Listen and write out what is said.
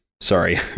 sorry